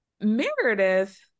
Meredith